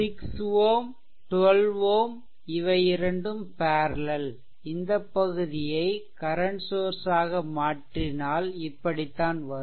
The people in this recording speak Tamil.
6 Ω 12 Ω இவை இரண்டும் பேர்லெல் இந்த பகுதியை கரன்ட் சோர்ஸ் ஆக மற்றினால் இப்படிதான் வரும்